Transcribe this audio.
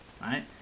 right